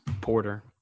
porter